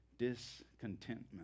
discontentment